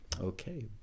okay